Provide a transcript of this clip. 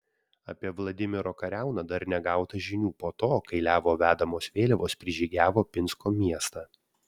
apie vladimiro kariauną dar negauta žinių po to kai levo vedamos vėliavos prižygiavo pinsko miestą